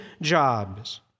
jobs